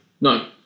no